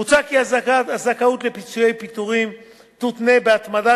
מוצע כי הזכאות לפיצויי פיטורים תותנה בהתמדה